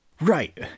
Right